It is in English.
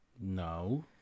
No